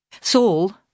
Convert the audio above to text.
saul